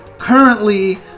Currently